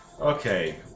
Okay